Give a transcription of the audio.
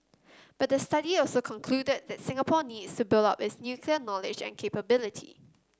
but the study also concluded that Singapore needs to build up its nuclear knowledge and capability